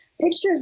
Pictures